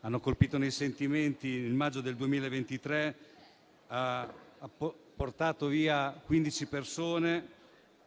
hanno colpito nei sentimenti. Il mese di maggio del 2023 ha portato via quindici persone: